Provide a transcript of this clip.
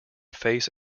face